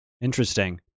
Interesting